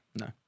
No